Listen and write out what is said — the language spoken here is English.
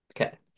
okay